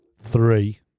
three